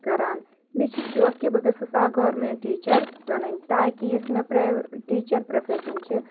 کران مےٚ چھُ شوق کہِ بہٕ گژھٕس اکھ گورمینٹ ٹیٖچر بنٕنی تاکہِ یُس مےٚ پرٛایو ٹیٖچر پروفیشن چھ